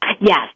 Yes